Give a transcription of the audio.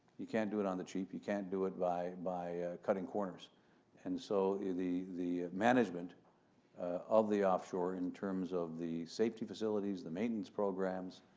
you can't do it on the cheap, you can't do it by by cutting corners and so the the management of the offshore in terms of the safety facilities, the maintenance programs,